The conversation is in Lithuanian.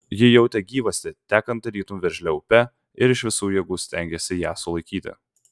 ji jautė gyvastį tekant tarytum veržlią upę ir iš visų jėgų stengėsi ją sulaikyti